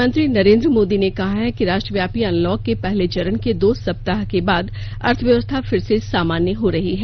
प्रधानमंत्री नरेंद्र मोदी ने कहा है कि राष्ट्रव्यापी अनलॉक के पहले चरण के दो सप्ताह के बाद अर्थव्यवस्था फिर से सामान्य हो रही है